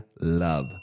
love